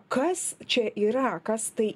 kas čia yra kas tai